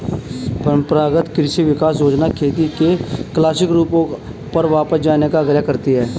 परम्परागत कृषि विकास योजना खेती के क्लासिक रूपों पर वापस जाने का आग्रह करती है